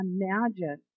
imagine